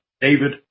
David